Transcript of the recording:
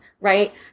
right